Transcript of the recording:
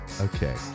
Okay